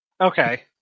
Okay